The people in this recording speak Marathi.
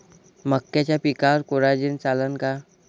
मक्याच्या पिकावर कोराजेन चालन का?